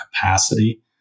capacity